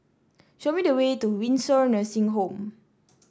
show me the way to Windsor Nursing Home